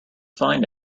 find